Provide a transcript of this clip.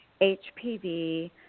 HPV